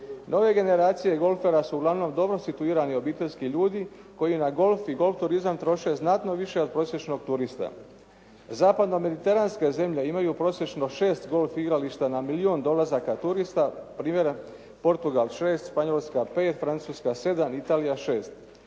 Nove generacije golfera su uglavnom dobro situirani obiteljski ljudi koji na golf i golf turizam troše znatno više od prosječnog turista. Zapadnomediteranske zemlje imaju prosječno 6 golf igrališta na milijun dolazaka turista. Primjer Portugal 6, Španjolska 5, Francuska 7, Italija 6.